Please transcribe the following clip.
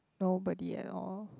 nobody at all